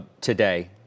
today